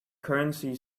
currency